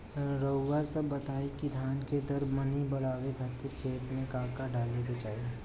रउआ सभ बताई कि धान के दर मनी बड़ावे खातिर खेत में का का डाले के चाही?